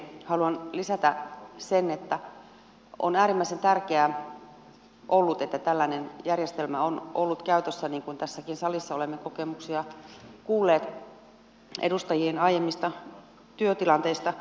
haluan lisätä sen että on äärimmäisen tärkeää ollut että tällainen järjestelmä on ollut käytössä niin kuin tässäkin salissa olemme kokemuksia kuulleet edustajien aiemmista työtilanteista